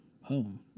home